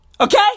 Okay